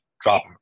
drop